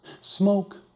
smoke